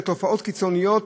תופעות קיצוניות?